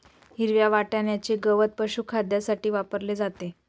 हिरव्या वाटण्याचे गवत पशुखाद्यासाठी वापरले जाते